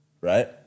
Right